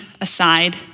aside